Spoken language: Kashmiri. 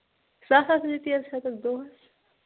سَتھ ہَتھ رۄپیہِ حظ أکَس دۄہَس